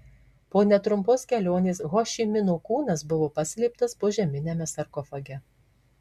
po netrumpos kelionės ho ši mino kūnas buvo paslėptas požeminiame sarkofage